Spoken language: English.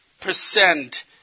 percent